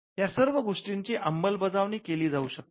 या सर्व गोष्टींची अंमलबजावणी केली जाऊ शकते